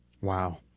Wow